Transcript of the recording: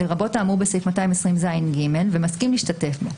לרבות האמור בסעיף 220ז(ג) ומסכים להשתתף בו,